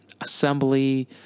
assembly